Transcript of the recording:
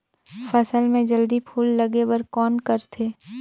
फसल मे जल्दी फूल लगे बर कौन करथे?